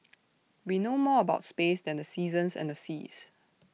we know more about space than the seasons and the seas